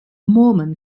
mormon